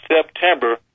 September